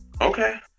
Okay